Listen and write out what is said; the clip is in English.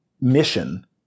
mission